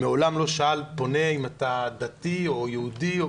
מעולם לא שאל פונה אם הוא דתי או יהודי,